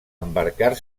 embarcar